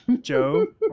Joe